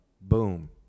boom